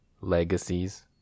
Legacies